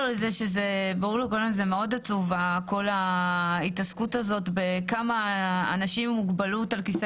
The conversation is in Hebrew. מאוד עצובה כל ההתעסקות הזאת בכמה אנשים עם מוגבלות על כיסא